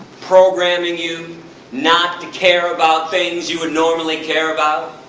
programming you not to care about things you would normally care about.